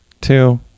two